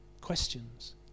questions